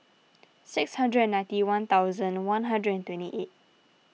six hundred and ninety one thousand one hundred and twenty eight